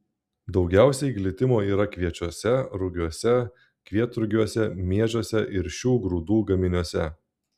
daugiausiai glitimo yra kviečiuose rugiuose kvietrugiuose miežiuose ir šių grūdų gaminiuose